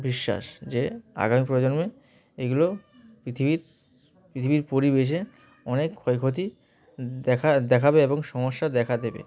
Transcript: বিশ্বাস যে আগামী প্রজন্মে এগুলো পৃথিবীর পৃথিবীর পরিবেশে অনেক ক্ষয়ক্ষতি দেখা দেখাবে এবং সমস্যা দেখা দেবে